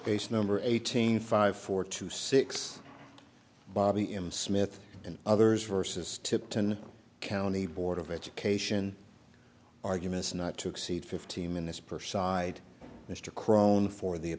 base number eighteen five four to six bobby him smith and others versus tipton county board of education arguments not to exceed fifteen minutes per side mr crone for the